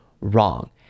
wrong